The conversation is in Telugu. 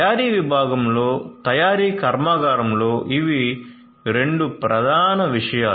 తయారీ విభాగంలో తయారీ కర్మాగారంలో ఇవి 2 ప్రధాన విషయాలు